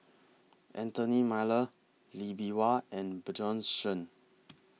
Anthony Miller Lee Bee Wah and Bjorn Shen